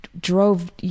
Drove